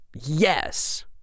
Yes